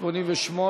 88